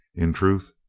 in truth,